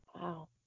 Wow